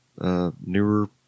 newer